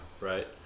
Right